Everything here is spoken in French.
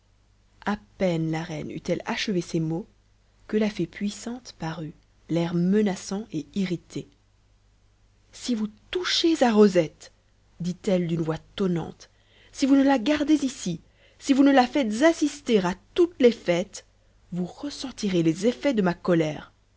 a peine la reine eut-elle achevé ces mots que la fée puissante parut l'air menaçant et irrité si vous touchez à rosette dit-elle d'une voix tonnante si vous ne la gardez ici et si vous ne la faites assister à toutes les fêtes vous ressentirez les effets de ma colère